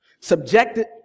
Subjected